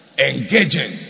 Engaging